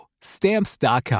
Stamps.com